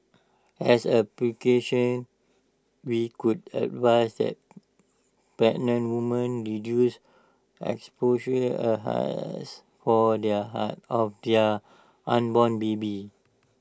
as A precaution we would advise that pregnant women reduce exposure A haze of their unborn baby